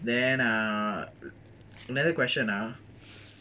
then err another question ah